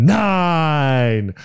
nine